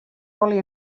oli